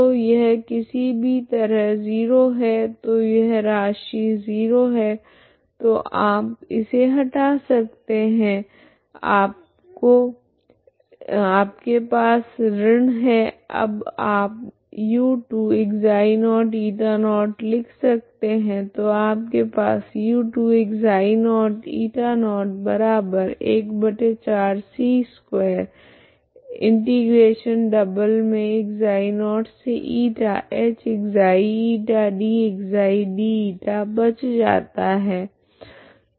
तो यह किसी भी तरह 0 है तो यह राशि 0 है तो आप इसे हटा सकते है तो आपके पास ऋण है अब आप u2ξ0η0 लिख सकते है तो आपके पास बच जाता है